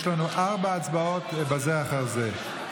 יש לנו ארבע הצבעות בזו אחר זו.